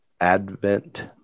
Advent